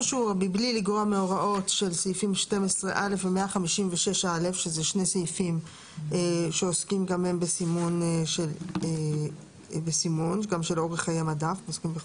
סעיפים 12(א) ו-156(א) הם גם סעיפים שעוסקים בסימון של אורך חיי מדף.